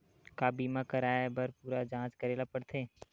का बीमा कराए बर पूरा जांच करेला पड़थे?